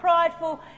prideful